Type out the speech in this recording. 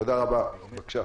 בבקשה.